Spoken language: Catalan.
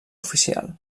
oficial